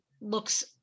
looks